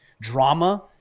Drama